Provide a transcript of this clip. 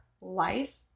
life